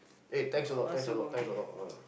eh thanks a lot thanks a lot thanks a lot ah